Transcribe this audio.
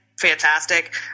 Fantastic